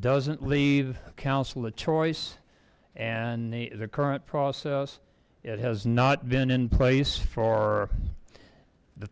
doesn't leave council the choice and the the current process it has not been in place for the